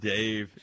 Dave